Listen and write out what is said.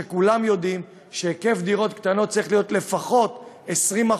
כולם יודעים שהיקף הדירות הקטנות צריך להיות לפחות 20%,